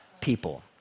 people